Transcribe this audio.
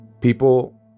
People